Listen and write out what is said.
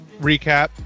recap